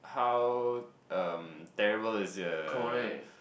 how um terrible is the